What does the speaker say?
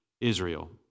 Israel